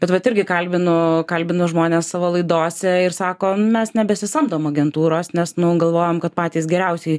bet vat irgi kalbinu kalbinu žmones savo laidose ir sako mes nebesamdom agentūros nes nu galvojam kad patys geriausiai